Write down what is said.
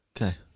Okay